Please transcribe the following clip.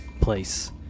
place